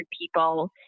people